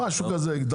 בוא נראה שהמטרה עובדת.